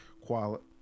quality